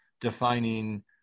defining